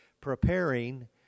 preparing